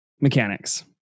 mechanics